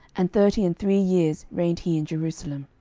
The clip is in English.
and thirty and three years reigned he in jerusalem.